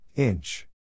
Inch